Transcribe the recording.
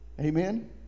Amen